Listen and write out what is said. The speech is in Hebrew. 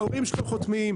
ההורים שלו חותמים,